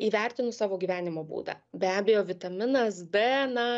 įvertinus savo gyvenimo būdą be abejo vitaminas d na